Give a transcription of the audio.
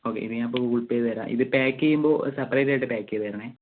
ഒക്കെ ഇത് ഞാനിപ്പോൾ ഗൂഗിൾ പേ ചെയ്ത് തരാം ഇത് പാക്ക് ചെയ്യുമ്പോൾ സെപ്റേറ്റ് ആയിട്ട് പാക്ക് ചെയ്ത് തരണേ